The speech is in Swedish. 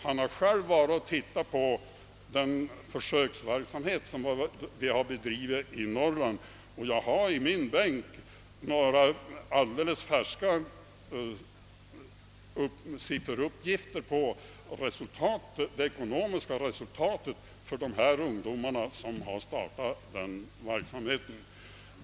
Han har själv varit och sett på den försöksverksamhet som man driver i Norrland. Jag har i min bänk några alldeles färska sifferuppgifter på det ekonomiska resultatet för de ungdomar som har startat den verksamheten.